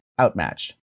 outmatched